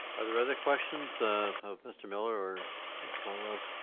are there other questions of mr. miller or ms. kollross?